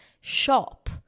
shop